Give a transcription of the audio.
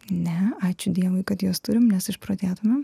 ne ačiū dievui kad juos turim nes išprotėtumėm